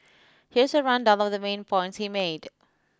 here's a rundown of the main points he made